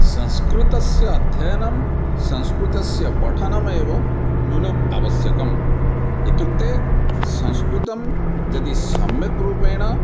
संस्कृतस्य अध्ययनं संस्कृतस्य पठनमेव नूनम् आवश्यकम् इत्युक्ते संस्कृतं यदि सम्यक् रूपेण